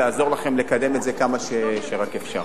לעזור לכם לקדם את זה כמה שרק אפשר.